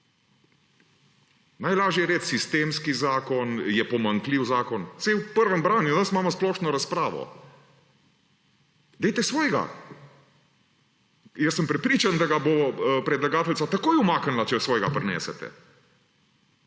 Najlažje je reči: sistemski zakon; je pomanjkljiv zakon. Saj je v prvem branju, danes imamo splošno razpravo. Dajte svojega, prepričan sem, da ga bo predlagateljica takoj umaknila, če svojega prinesete.